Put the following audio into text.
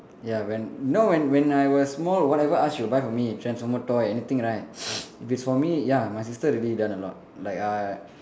ya when you know when when I was small whatever I ask she will buy for me transformer toy anything right if it's for me ya my sister really done a lot like I